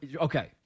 Okay